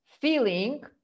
feeling